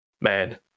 Man